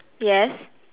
yes